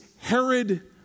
Herod